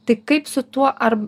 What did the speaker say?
tik kaip su tuo ar